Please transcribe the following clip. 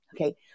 okay